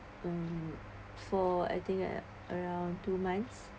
um for I think around two months